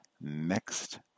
next